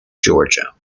georgia